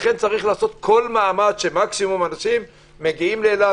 לכן יש לעשות כל מאמץ שמקסימום אנשים מגיעים לאילת,